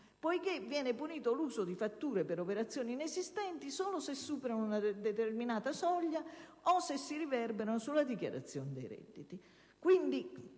poiché viene punito l'uso di fatture per operazioni inesistenti solo se superano una determinata soglia o se si riverberano sulla dichiarazione dei redditi. Questo